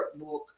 Workbook